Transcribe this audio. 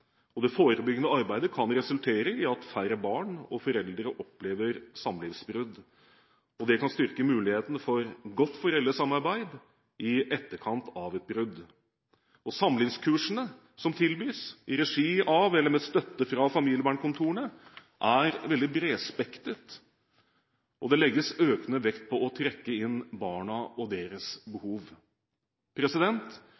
og det forebyggende arbeidet kan resultere i at færre barn og foreldre opplever samlivsbrudd. Det kan styrke muligheten for godt foreldresamarbeid i etterkant av et brudd. Samlivskursene som tilbys i regi av eller med støtte fra familievernkontorene, er veldig bredspektret, og det legges økende vekt på å trekke inn barna og deres